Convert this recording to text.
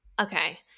okay